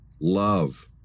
love